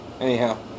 Anyhow